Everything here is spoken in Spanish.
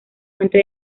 fuente